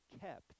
kept